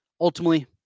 ultimately